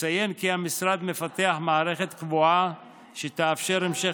נציין כי המשרד מפתח מערכת קבועה שתאפשר המשך,